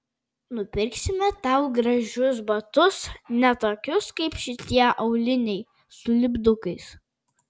nupirksime tau gražius batus ne tokius kaip šitie auliniai su lipdukais